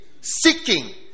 Seeking